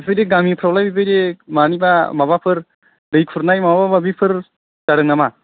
बेफोरबायदि गामिफ्रावलाय बेफोरबायदि मानिबा माबाफोर दै खुरनाय माबा माबिफोर जादों नामा